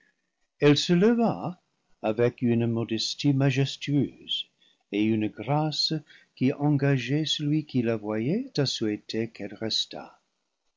elle se leva avec une modestie majestueuse et une grâce qui engageaient celui qui la voyait à souhaiter qu'elle restât